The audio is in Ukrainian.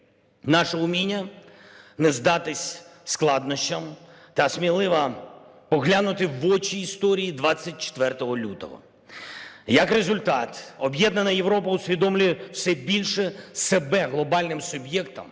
наше уміння не здатися складнощам та сміливо поглянути в очі історії 24 лютого. Як результат, об'єднана Європа усвідомлює все більше себе глобальним суб'єктом